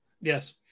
Yes